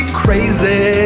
crazy